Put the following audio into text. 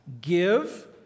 Give